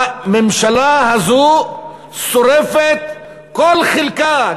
הממשלה הזאת שורפת כל חלקה,